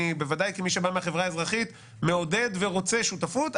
כמי שבא מהחברה האזרחית אני מעודד ורוצה שותפות,